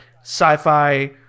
sci-fi